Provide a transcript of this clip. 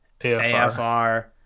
AFR